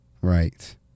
Right